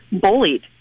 bullied